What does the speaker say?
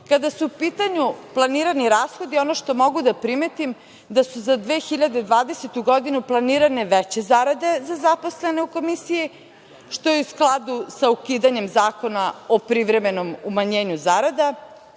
su u pitanju planirani rashodi, ono što mogu da primetim da su za 2020. godinu planirane veće zarade za zaposlene u Komisiji, što je u skladu sa ukidanjem Zakona o privremenom umanjenju zarada.